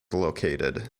located